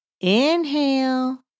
Inhale